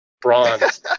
bronze